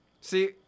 See